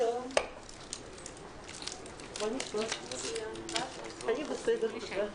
יש לנו היום סדר יום עמוס במיוחד.